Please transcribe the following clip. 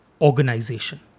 organization